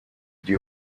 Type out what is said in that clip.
die